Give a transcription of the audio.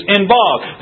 involved